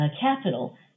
capital